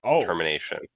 termination